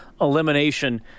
elimination